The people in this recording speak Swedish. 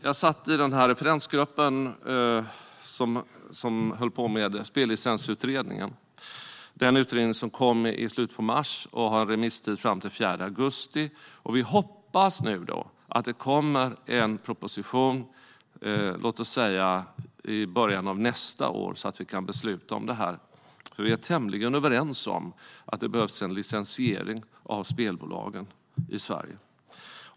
Jag satt med i den referensgrupp som arbetade med Spellicensutredningen. Utredningen kom i slutet av mars och har remisstid fram till den 4 augusti. Jag hoppas att det kommer en proposition i början av nästa år så att vi kan fatta ett beslut. Vi är tämligen överens om att det behövs en licensiering av spelbolagen i Sverige.